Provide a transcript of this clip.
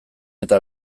eta